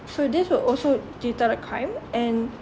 so this will also deter the crime and